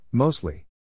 Mostly